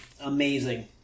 Amazing